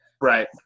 Right